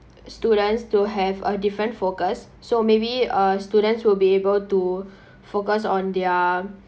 students to have a different focus so maybe uh students will be able to focus on their